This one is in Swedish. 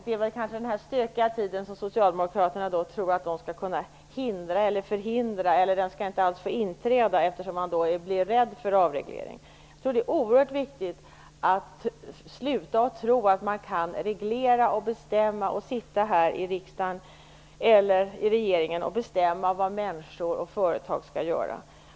Det är väl kanske den här stökiga tiden som socialdemokraterna tror att de skall kunna förhindra, eftersom man då blir rädd för avreglering. Det är oerhört viktigt att vi slutar tro att man i riksdagen eller regeringen kan sitta och bestämma och reglera hur människor och företag skall göra.